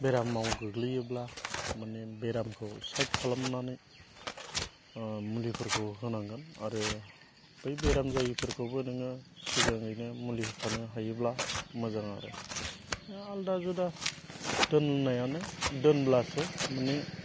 बेरामाव गोग्लैयोब्ला माने बेरामखौ साइड खालामनानै मुलिफोरखौ होनांगोन आरो बै बेराम जायिफोरखौबो नोङो सिगाङैनो मुलि होखानो हायोब्ला मोजां आरो दा आलादा जुदा दोननायानो दोनब्लासो माने